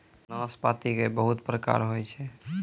नाशपाती के बहुत प्रकार होय छै